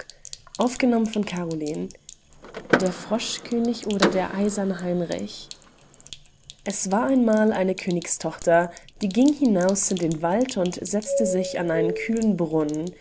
der froschkönig oder der eiserne heinrich es war einmal eine königstochter die ging hinaus in den wald und setzte an einen kühlen brunnen